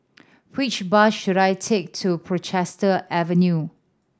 which bus should I take to Portchester Avenue